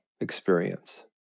experience